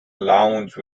lounge